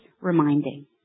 reminding